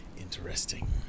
interesting